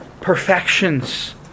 perfections